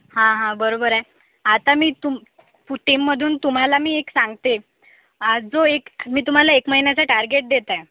हा हा बरोबर आहे आता मी तु टीममधून तुम्हाला मी एक सांगते आज जो एक मी तुम्हाला एक महिन्याचे टार्गेट देत आहे